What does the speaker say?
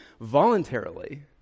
voluntarily